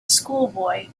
schoolboy